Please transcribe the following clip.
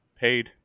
paid